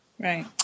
Right